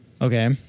Okay